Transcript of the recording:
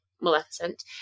Maleficent